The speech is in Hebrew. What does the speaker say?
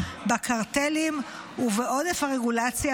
בקרטלים ובעודף הרגולציה,